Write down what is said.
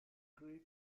great